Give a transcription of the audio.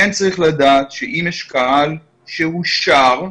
כן צריך לדעת שאם יש קהל שהוא שר,